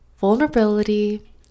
vulnerability